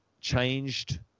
changed